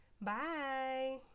Bye